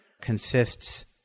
consists